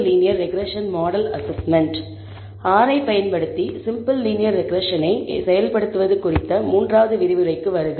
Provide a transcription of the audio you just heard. R ஐப் பயன்படுத்தி simple linear ரெக்ரெஸ்ஸனை செயல்படுத்துவது குறித்த மூன்றாவது விரிவுரைக்கு வருக